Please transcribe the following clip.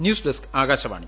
news desk Akashvani